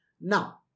Now